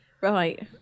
Right